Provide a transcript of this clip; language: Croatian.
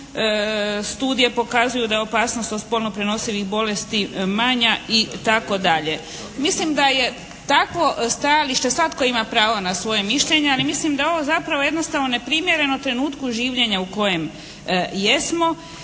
studije pokazuju da je opasnost od spolno prenosivih bolesti manja itd. Mislim da je takvo stajalište, svatko ima pravo na svoje mišljenje, ali mislim da je ovo zapravo jednostavno neprimjereno trenutku življenja u kojem jesmo